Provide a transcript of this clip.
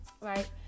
right